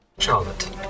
Charlotte